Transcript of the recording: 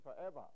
forever